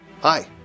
Hi